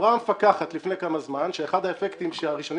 אמרה המפקחת לפני כמה זמן שאחד האפקטים הראשונים